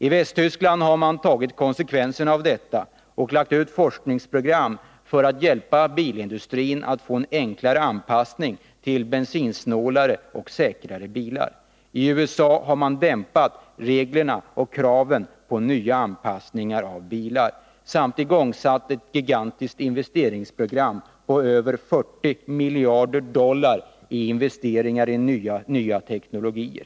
I Västtyskland har man tagit konsekvenserna av detta och lagt ut forskningsprogram för att hjälpa bilindustrin att få en enklare anpassning till bensinsnålare och säkrare bilar. I USA har man dämpat reglerna och kraven på nya anpassningar av bilar samt igångsatt ett gigantiskt investeringsprogram på över 40 miljarder dollar i investeringar i nya teknologier.